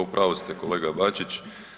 Upravu ste, kolega Bačić.